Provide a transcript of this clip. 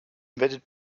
invented